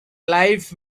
life